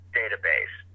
database